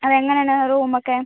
അതെങ്ങനെയാണ് റൂമൊക്കെ